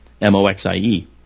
M-O-X-I-E